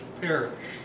perish